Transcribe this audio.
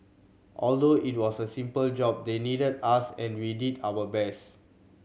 although it was a simple job they needed us and we did our best